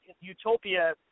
Utopia